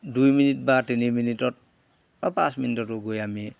দুই মিনিট বা তিনি মিনিটত বা পাঁচ মিনিটতো গৈ আমি